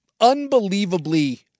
unbelievably